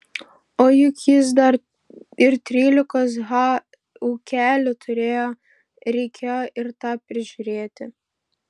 o juk jis dar ir trylikos ha ūkelį turėjo reikėjo ir tą prižiūrėti